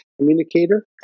communicator